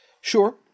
Sure